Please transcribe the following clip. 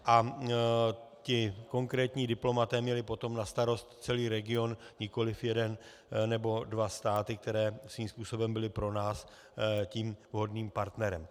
A ti konkrétní diplomaté měli potom na starost celý region, nikoliv jeden nebo dva státy, které svým způsobem byly pro nás tím vhodným partnerem.